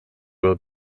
will